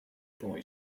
boy